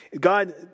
God